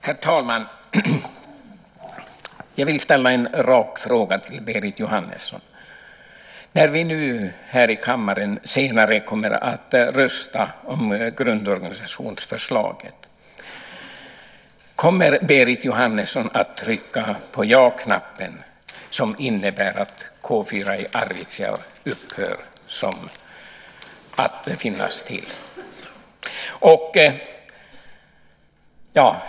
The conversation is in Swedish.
Herr talman! Jag vill ställa en rak fråga till Berit Jóhannesson. När vi nu i kammaren senare kommer att rösta om grundorganisationsförslaget, kommer Berit Jóhannesson att trycka på ja-knappen, som innebär att K 4 i Arvidsjaur upphör att finnas till?